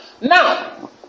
Now